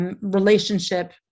Relationship